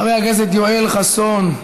חבר הכנסת יואל חסון,